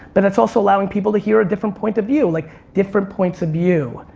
but it's also allowing people to hear a different point of view, like different points of view.